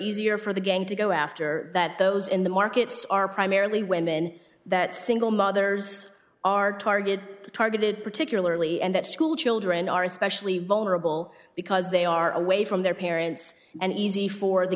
easier for the game to go after that those in the markets are primarily women that single mothers are targeted targeted particularly and that school children are especially vulnerable because they are away from their parents and easy for the